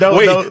Wait